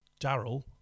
Daryl